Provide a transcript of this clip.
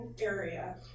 area